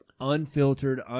unfiltered